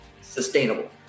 sustainable